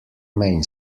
main